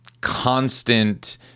constant